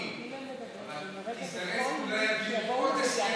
תזדרז, אני